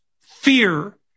fear